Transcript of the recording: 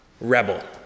rebel